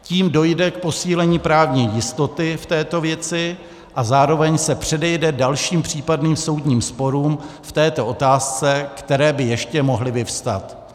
Tím dojde k posílení právní jistoty v této věci a zároveň se předejde dalším případným soudním sporům v této otázce, které by ještě mohly vyvstat.